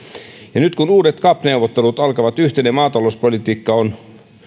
nyt kun uudet cap neuvottelut alkavat yhteinen maatalouspolitiikka on